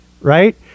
right